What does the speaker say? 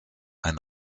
ein